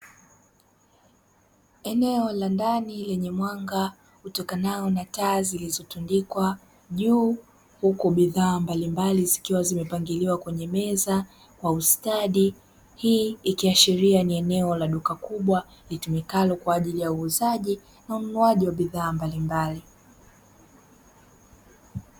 Eneo la ndani lenye mwanga utokanao na taa zilizotundikwa juu, huku bidhaa mbalimbali zikiwa zimepangiliwa kwenye meza kwa ustadi, hii ikiashiria ni eneo la duka kubwa litumikalo kwa ajili ya uuzaji na ununuaji wa bidhaa mbalimbali.